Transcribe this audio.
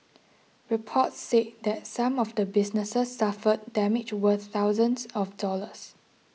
reports said that some of the businesses suffered damage worth thousands of dollars